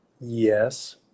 Yes